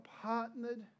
partnered